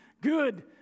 good